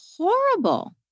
horrible